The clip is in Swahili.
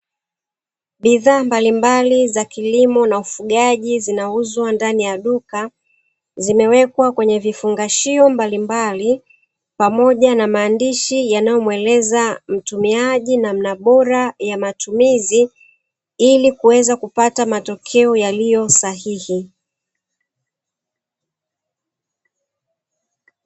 Bidhaa mbalimbali za kilimo na ufugaji zinauzwa ndani ya duka, zimewekwa kwenye vifungashio mbalimbali pamoja na maandishi yanayomuelea mtumiaji namna bora ya matumizi ili kuweza kupata matokeo yaliyo sahihi.